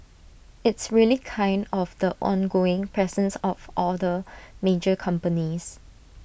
it's really kind of the ongoing presence of all the major companies